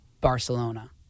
Barcelona